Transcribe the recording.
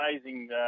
amazing